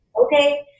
Okay